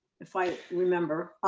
if i remember.